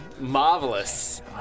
Marvelous